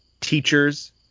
teachers